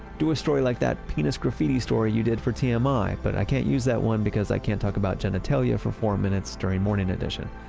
do a story like that penis graffiti story you did for tmi, um but but i can't use that one because i can't talk about genitalia for four minutes during morning edition.